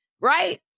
right